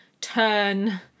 turn